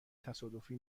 تصادفی